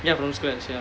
ya from scratch ya